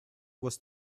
was